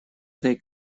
этой